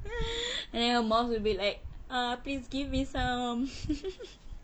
and then her mouth will be ah please give me some